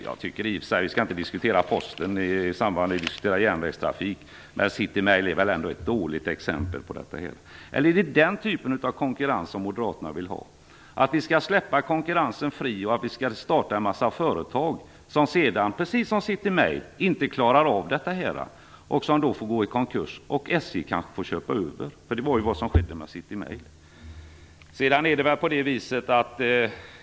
Jag tycker i och för sig inte att vi skall diskutera Posten när vi behandlar järnvägstrafiken. Men Citymail är ett dåligt exempel. Eller är det den typen av konkurrens som moderaterna vill ha? Skall vi släppa konkurrensen fri och starta en massa företag som, precis som Citymail, inte klarar av sin verksamhet och går i konkurs. Sedan får man köpa över den. Det var ju vad som skedde med Citymail.